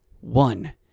one